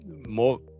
more